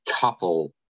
couple